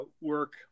work